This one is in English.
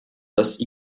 this